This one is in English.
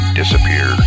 disappear